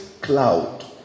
cloud